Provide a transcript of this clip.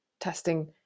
Testing